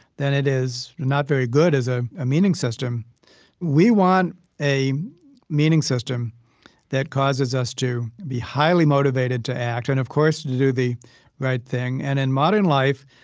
then it is not very good as ah a meaning system we want a meaning system that causes us to be highly motivated to act and, of course, do the right thing. and in modern life,